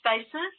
spaces